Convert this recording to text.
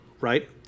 Right